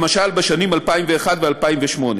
למשל בשנים 2001 ו-2008.